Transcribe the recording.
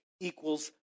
equals